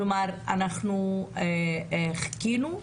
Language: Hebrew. אנחנו חיכינו,